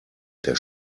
der